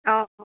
অঁ